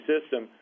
system